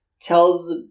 tells